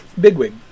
Bigwig